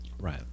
Right